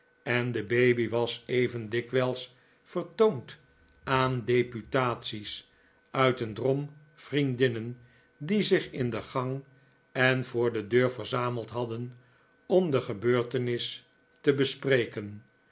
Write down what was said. en de baby was even dikwijls v ertoon'd aan deputaties uit een drom vriendinnen die zich in de gang en voor de deur verzameld hadden om de gebeurtenis te bespreken